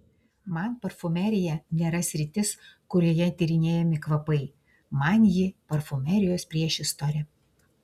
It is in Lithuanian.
man parfumerija nėra sritis kurioje tyrinėjami kvapai man ji parfumerijos priešistorė